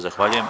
Zahvaljujem.